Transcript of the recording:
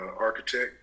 architect